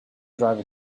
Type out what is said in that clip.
driver